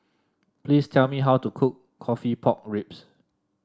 please tell me how to cook coffee Pork Ribs